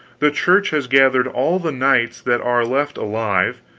the church has gathered all the knights that are left alive,